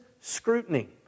scrutiny